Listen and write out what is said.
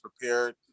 prepared